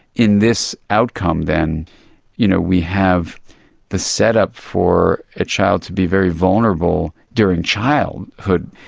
in this outcome then you know we have the setup for a child to be very vulnerable during childhood,